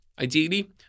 ideally